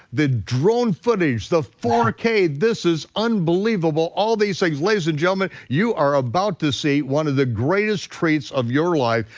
the drone footage, the four k, this is unbelievable, all these things. ladies and gentlemen, you are about to see one of the greatest treats of your life,